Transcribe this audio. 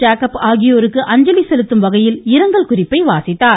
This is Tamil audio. ஜேக்கப் ஆகியோருக்கு அஞ்சலி செலுத்தும் வகையில் இரங்கல் குறிப்பை வாசித்தார்